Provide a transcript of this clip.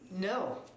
No